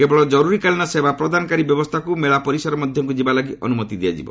କେବଳ ଜରୁରୀକାଳୀନ ସେବା ପ୍ରଦାନକାରୀ ବ୍ୟବସ୍ଥାକୁ ମେଳା ପରିସର ମଧ୍ୟକୁ ଯିବା ଲାଗି ଅନୁମତି ଦିଆଯିବ